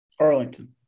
Arlington